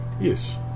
Yes